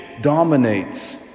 dominates